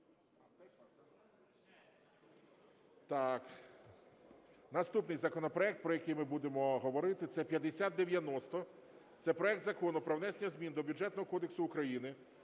Наступний законопроект, про який ми будемо говорити, це 5090. Це проект Закону про внесення змін до Бюджетного кодексу України